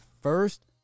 first